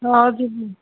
ହଁ ଯିବି